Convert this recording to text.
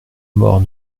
mort